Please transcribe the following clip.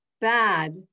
bad